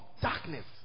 darkness